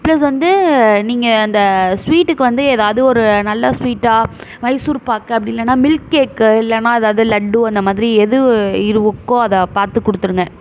plus வந்து நீங்கள் அந்த ஸ்வீட்டுக்கு வந்து எதாவது ஒரு நல்ல ஸ்வீட்டாக மைசூர்பாக்கு அப்படி இல்லைனா மில்க் கேக்கு இல்லைனா எதாவது லட்டு அந்த மாதிரி எது இருக்கோ அதை பார்த்து கொடுத்துருங்க